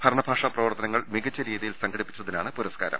ഭരണഭാഷാ പ്രവർത്തനങ്ങൾ മികച്ച രീതി യിൽ സംഘടിപ്പിച്ചതിനാണ് പുരസ്കാരം